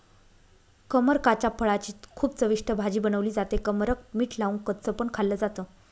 कमरकाच्या फळाची खूप चविष्ट भाजी बनवली जाते, कमरक मीठ लावून कच्च पण खाल्ल जात